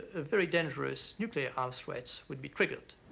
very dangerous nuclear arms threats would be triggered.